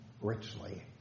richly